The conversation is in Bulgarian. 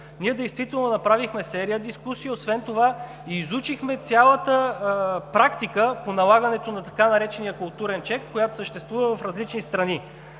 Ние действително направихме серия дискусии, освен това изучихме цялата практика по налагането на така наречения „културен чек“, която съществува в различни страни.